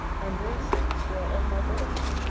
and their sakes who are of my brotherhood.